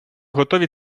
готові